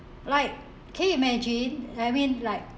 like can you imagine I mean like